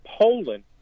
Poland